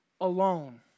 alone